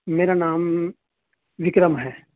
میرا نام وکرم ہے